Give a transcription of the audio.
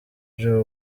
joe